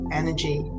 energy